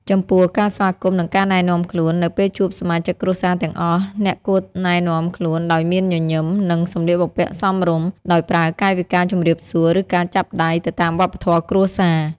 ចំពោះ ការស្វាគមន៍និងការណែនាំខ្លួន នៅពេលជួបសមាជិកគ្រួសារទាំងអស់ អ្នកគួរណែនាំខ្លួនដោយមានញញឹម និងសម្លៀកបំពាក់សមរម្យ ដោយប្រើកាយវិការជំរាបសួរ ឬការចាប់ដៃ ទៅតាមវប្បធម៍គ្រួសារ។